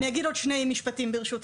אגיד עוד שני משפטים, ברשותך.